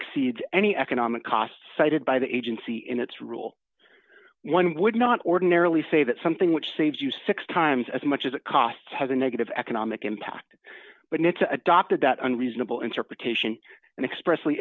exceeds any economic cost cited by the agency in its rule one would not ordinarily say that something which saves you six times as much as it costs has a negative economic impact but it's adopted that unreasonable interpretation and express